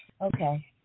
Okay